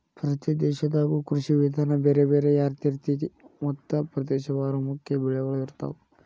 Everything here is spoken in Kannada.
ಪ್ರತಿ ದೇಶದಾಗು ಕೃಷಿ ವಿಧಾನ ಬೇರೆ ಬೇರೆ ಯಾರಿರ್ತೈತಿ ಮತ್ತ ಪ್ರದೇಶವಾರು ಮುಖ್ಯ ಬೆಳಗಳು ಇರ್ತಾವ